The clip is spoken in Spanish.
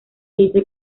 dice